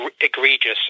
egregious